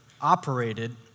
operated